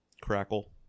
Crackle